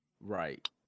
Right